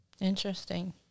interesting